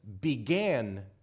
began